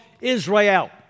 Israel